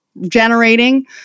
generating